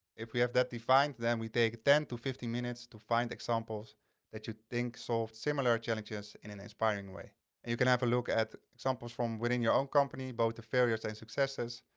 if we have that defined then we take ten to fifteen minutes to find examples that you think solve similar challenges in an inspiring way. and you can have a look at examples from within your own company, both failures and successors.